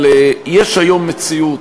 אבל יש היום מציאות,